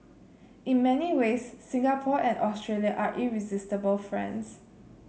in many ways Singapore and Australia are irresistible friends